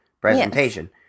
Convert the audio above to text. presentation